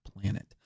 planet